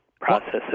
process